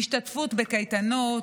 השתתפות בקייטנות,